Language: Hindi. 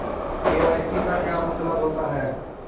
के.वाई.सी का क्या मतलब होता है?